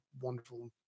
wonderful